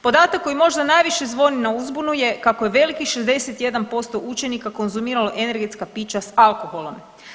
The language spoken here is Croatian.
Podatak koji možda najviše zvoni na uzbunu je kako je velikih 61% učenika konzumiralo energetska pića s alkoholom.